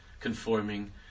conforming